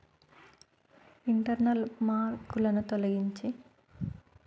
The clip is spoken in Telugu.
ఇంటర్నల్ మార్కులను తొలగించే